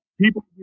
People